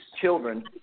children